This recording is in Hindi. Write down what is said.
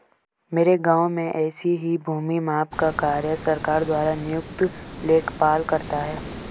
मेरे गांव में ऐसे ही भूमि माप का कार्य सरकार द्वारा नियुक्त लेखपाल करता है